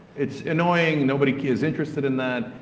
it's annoying. nobody is interested in that.